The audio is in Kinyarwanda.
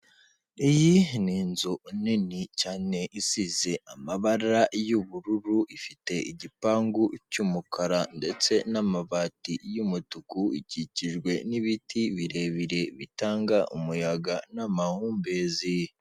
Iyi ni inzu nini cyane isize amabara y'ubururu ifite igipangu cy'umukara ndetse n'amabati y'umutuku, ikikijwe n'ibiti birebire bitanga umuyaga n'amahumbezi.